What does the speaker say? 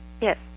Yes